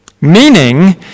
Meaning